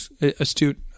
astute